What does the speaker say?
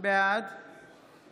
בעד